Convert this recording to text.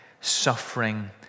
suffering